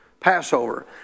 Passover